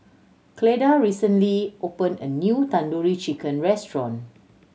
Cleda recently opened a new Tandoori Chicken Restaurant